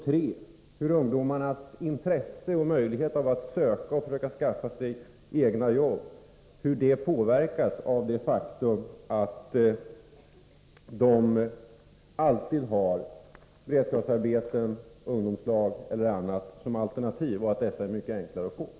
Hur påverkas ungdomarnas intresse och möjligheter när det gäller att själva försöka skaffa arbete av det faktum att de ofta har beredskapsarbeten, befinner sig i ungdomslag eller är bundna i andra insatsformer?